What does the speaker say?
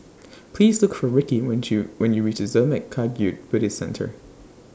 Please Look For Rickey when YOU when YOU REACH Zurmang Kagyud Buddhist Centre